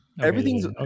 everything's